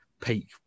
peak